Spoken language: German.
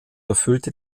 erfüllte